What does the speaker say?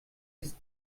ist